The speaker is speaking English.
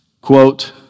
Quote